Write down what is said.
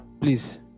please